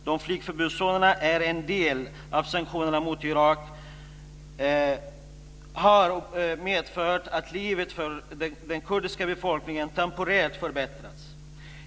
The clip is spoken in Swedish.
De flygförbudszoner som är en del av sanktionerna mot Irak har medfört att livet för den kurdiska befolkningen temporärt har förbättrats.